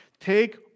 Take